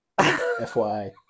FYI